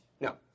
No